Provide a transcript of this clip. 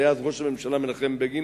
ראש הממשלה אז היה מנחם בגין.